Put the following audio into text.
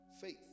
faith